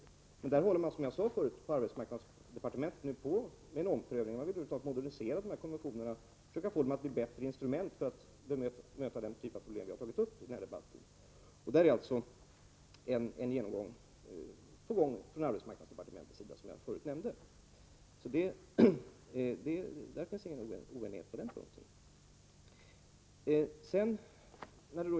Men därvidlag håller man, som jag sade förut, nu på med en omprövning på arbetsmarknadsdepartementet. Man vill över huvud taget modernisera de här konventionerna, försöka få dem att bli bättre instrument för att möta den typ av problem som vi har tagit upp i denna debatt. Det finns alltså ingen oenighet på den punkten.